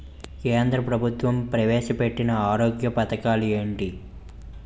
కేంద్ర ప్రభుత్వం ప్రవేశ పెట్టిన ఆరోగ్య పథకాలు ఎంటి?